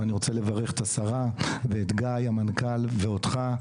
ואני רוצה לברך את השרה ואת גיא המנכ"ל ואותך,